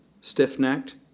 stiff-necked